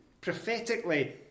prophetically